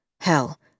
Hell